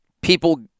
People